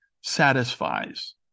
satisfies